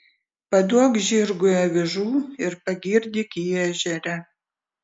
paduok žirgui avižų ir pagirdyk jį ežere